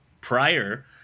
prior